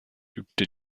übte